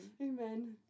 Amen